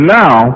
now